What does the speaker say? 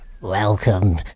Welcome